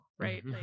right